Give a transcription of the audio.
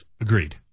Agreed